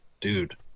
Dude